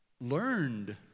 learned